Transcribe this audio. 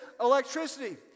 electricity